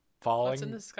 Falling